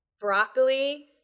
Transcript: Broccoli